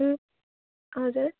ए हजुर